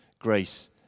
Grace